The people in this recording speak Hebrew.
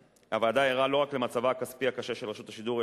הוועדה ערה לא רק למצבה הכספי הקשה של רשות השידור,